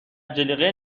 جلیقه